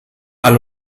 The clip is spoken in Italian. alle